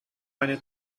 eine